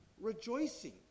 rejoicing